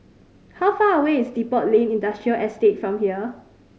how far away is Depot Lane Industrial Estate from here